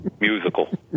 musical